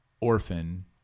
orphan